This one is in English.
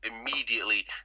immediately